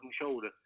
shoulder